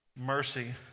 mercy